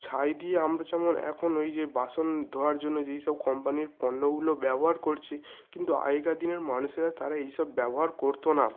ছাই দিয়ে আমরা যেমন এখন ওই যে বাসন ধোওয়ার জন্য যেই সব কোম্পানির পণ্যগুলো ব্যবহার করছি কিন্তু আগেকার দিনের মানুষেরা তারা এই সব ব্যবহার করত না